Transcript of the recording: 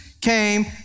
came